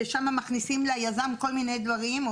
ששם מכניסים ליזם כל מיני דברים,